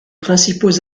principaux